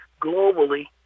globally